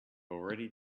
already